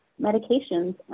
medications